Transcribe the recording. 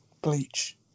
bleach